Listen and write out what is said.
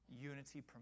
unity